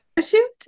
shoot